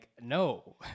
no